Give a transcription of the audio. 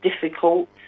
difficult